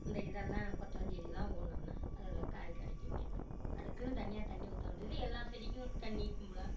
இந்த இதெல்லாம் கொத்தரஞ்செடியெலாம் ஊன்னம்ன்னா அதில் காய் கிடைக்குங்க அதுக்குன்னு தனியாக தண்ணி ஊற்ற வேண்டியது இல்லை எல்லா செடிக்கும் தண்ணி கும்பலாக